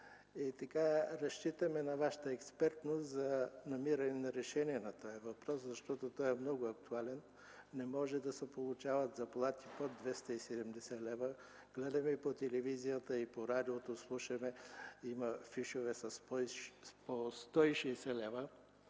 деятел. Разчитаме на Вашата експертност за намиране на решение на този въпрос, защото той е актуален. Не може да се получават заплати под 270 лева. Гледаме по телевизията, слушаме по радиото, че има фишове със заплати по 160 лева.